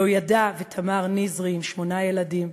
יהוידע ותמר נזרי עם שמונה ילדים,